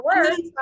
words